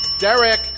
Derek